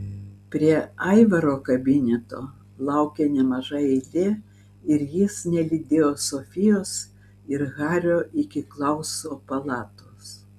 prie aivaro kabineto laukė nemaža eilė ir jis nelydėjo sofijos ir hario iki klauso palatos